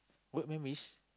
what memories